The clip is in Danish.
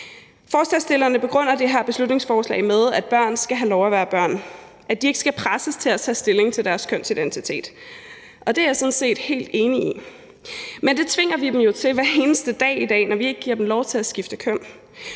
Forslagsstillerne begrunder det her beslutningsforslag med, at børn skal have lov at være børn, at de ikke skal presses til at tage stilling til deres kønsidentitet, og det er jeg sådan set helt enig i. Men det tvinger vi dem jo til hver eneste dag i dag, når vi ikke giver dem lov til at skifte køn,